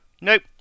Nope